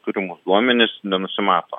turimus duomenis nenusimato